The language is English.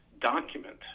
document